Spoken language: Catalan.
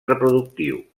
reproductiu